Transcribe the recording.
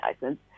license